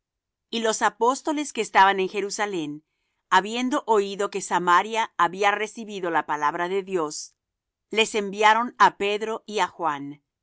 y los apóstoles que estaban en jerusalem habiendo oído que samaria había recibido la palabra de dios les enviaron á pedro y á juan